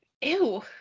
Ew